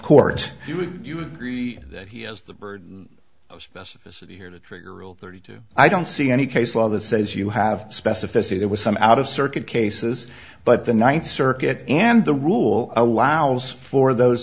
court he would you agree that he has the burden of specificity here to trigger rule thirty two i don't see any case law that says you have specificity there was some out of circuit cases but the ninth circuit and the rule allows for those